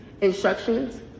instructions